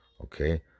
okay